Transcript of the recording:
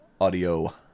audio